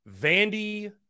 Vandy